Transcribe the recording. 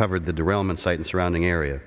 covered the darrelle mine site and surrounding area